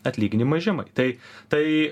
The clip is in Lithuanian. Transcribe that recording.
atlyginimai žemai tai tai